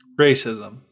Racism